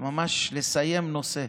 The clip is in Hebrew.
ממש לסיים נושא.